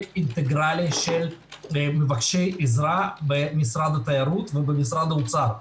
אינטגרלי של מקבלי עזרה במשרד התיירות ובמשרד האוצר.